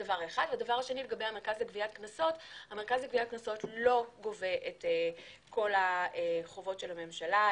המרכז לגביית קנסות לא גובה את כל החובות של הממשלה.